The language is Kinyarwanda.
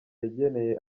yageneye